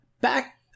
back